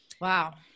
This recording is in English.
Wow